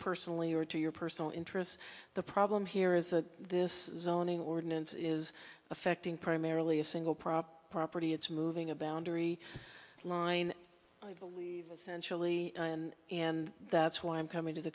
personally or to your personal interests the problem here is that this zoning ordinance is affecting primarily a single prop property it's moving a boundary line i believe essentially and that's why i'm coming to the